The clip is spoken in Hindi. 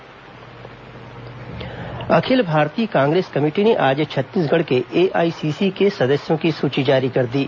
एआईसीसी सूची अखिल भारतीय कांग्रेस कमेटी ने आज छत्तीसगढ़ के एआईसीसी के सदस्यों की सुची जारी कर दी है